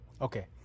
Okay